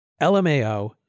LMAO